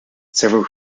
several